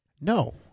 no